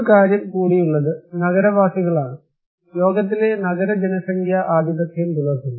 ഒരു കാര്യം കൂടിയുള്ളത് നഗരവാസികളാണ് ലോകത്തിലെ നഗര ജനസംഖ്യ ആധിപത്യം പുലർത്തുന്നു